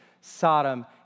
Sodom